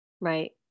right